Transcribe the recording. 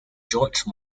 george